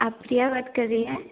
आप प्रिया बात कर रही हैं